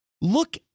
Look